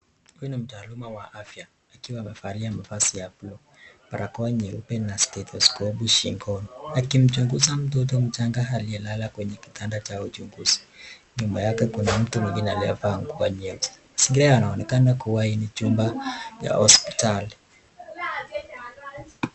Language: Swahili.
Huyu ni mtaaluma wa afya akiwa amevalia mavazi ya buluu, barakoa nyeupe na stethoskopu shingoni, akimchunguza mtoto mchanga aliyelala kwenye kitanda cha uchunguzi. Nyuma yake kuna mtu mwingine aliyevaa nguo nyeusi, zile inaonekana kuwa hii ni chumba ya hosiptali.